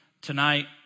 tonight